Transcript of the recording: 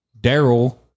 Daryl